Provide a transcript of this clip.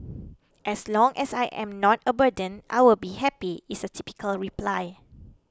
as long as I am not a burden I will be happy is a typical reply